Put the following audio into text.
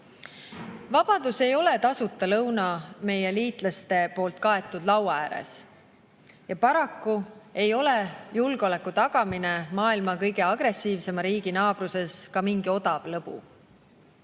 Vabadus ei ole tasuta lõuna meie liitlaste poolt kaetud laua ääres. Ja paraku ei ole julgeoleku tagamine maailma kõige agressiivsema riigi naabruses ka mingi odav lõbu.